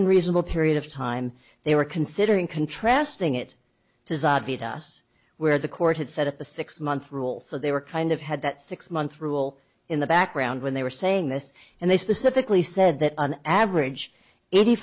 and reasonable period of time they were considering contrasting it to us where the court had set up a six month rule so they were kind of had that six month rule in the background when they were saying this and they specifically said that on average eighty